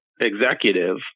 executive